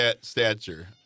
stature